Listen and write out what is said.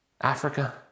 Africa